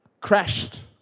crashed